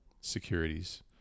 securities